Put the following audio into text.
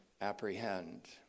apprehend